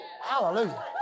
Hallelujah